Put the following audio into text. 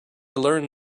learned